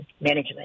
management